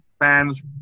fans